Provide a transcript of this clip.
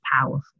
powerful